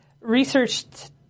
researched